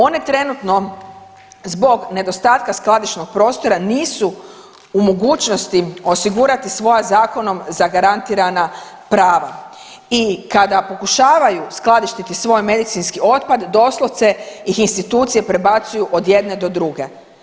One trenutno zbog nedostatka skladišnog prostora nisu u mogućnosti osigurati svoja zakonom zagarantirana prava i kada pokušavaju skladištiti svoj medicinski otpad doslovce ih institucije prebacuju od jedne do druge.